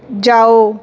ਜਾਓ